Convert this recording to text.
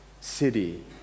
city